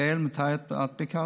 יעל, מתי את ביקרת?